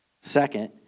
Second